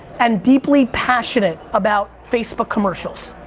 and deeply passionate about facebook commercials.